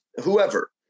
whoever